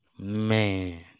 Man